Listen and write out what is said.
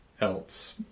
else